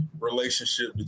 relationship